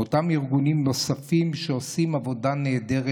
ואת אותם ארגונים נוספים שעושים עבודה נהדרת